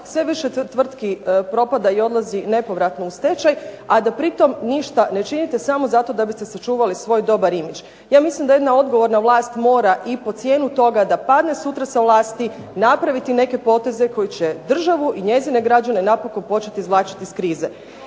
sve više tvrtki propada i odlazi nepovratno u stečaj, a da pritom ništa ne činite samo zato da biste sačuvali svoj dobar imidž. Ja mislim da jedna odgovorna vlast mora i po cijenu toga da padne sutra sa vlasti napraviti neke poteze koji će državu i njezine građane napokon početi izvlačiti iz krize.